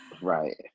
Right